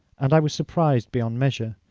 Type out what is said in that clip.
and i was surprised beyond measure.